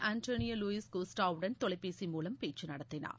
Antonio Luis Costa வுடன் தொலைபேசி மூலம் பேச்சு நடத்தினார்